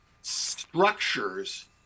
structures